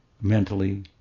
mentally